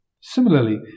Similarly